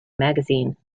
magazine